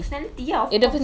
personality ah of course